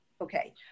Okay